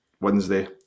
Wednesday